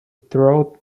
throat